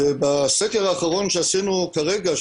ובסקר האחרון שעשינו כרגע,